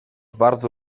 bardzo